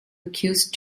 accused